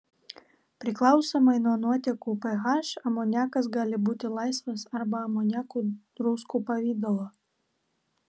priklausomai nuo nuotekų ph amoniakas gali būti laisvas arba amoniako druskų pavidalo